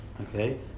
okay